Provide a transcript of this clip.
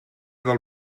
del